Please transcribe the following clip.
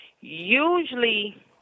usually